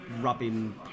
rubbing